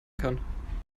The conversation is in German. kann